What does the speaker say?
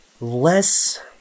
less